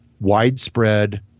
widespread